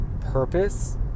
purpose